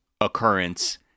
occurrence